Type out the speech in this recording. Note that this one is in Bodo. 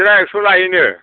टिकेटा एकस' लायोनो